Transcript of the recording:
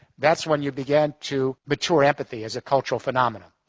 that's when you begin to mature empathy as a cultural phenomenon,